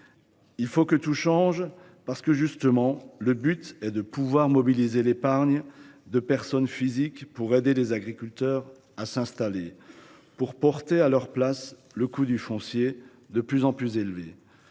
Il faut que tout change, tout d’abord, parce que, justement, le but est de mobiliser l’épargne de personnes physiques pour aider les agriculteurs à s’installer, pour porter à leur place le coût du foncier, qui est de plus en plus élevé.